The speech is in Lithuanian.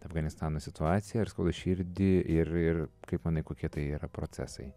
afganistano situacija ar skauda širdį ir ir kaip manai kokie tai yra procesai